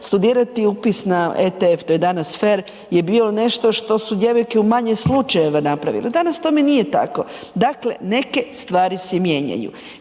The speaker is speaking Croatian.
studirati upis na ETF, to je danas FER je bio nešto što su djevojke u manje slučajeva napravile, danas tome nije tako. Dakle, neke stvari se mijenjaju,